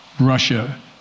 Russia